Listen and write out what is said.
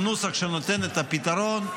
הוא נוסח שנותן את הפתרון.